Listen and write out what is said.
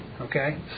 okay